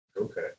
Okay